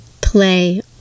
play